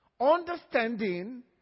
Understanding